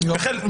בחלק.